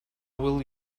will